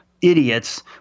idiots